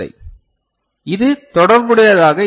எனவே இது தொடர்புடையதாக இல்லை